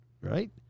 right